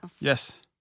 Yes